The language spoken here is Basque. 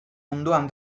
ondoan